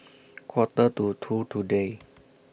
Quarter to two today